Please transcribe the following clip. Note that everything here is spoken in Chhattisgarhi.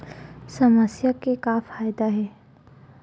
समस्या के का फ़ायदा हे?